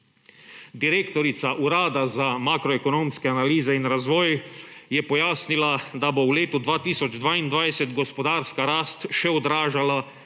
Direktorica Urada za makroekonomske analize in razvoj je pojasnila, da bo v letu 2022 gospodarska rast še odražala